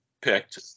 picked